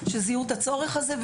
שזיהו את הצורך הזה.